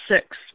Six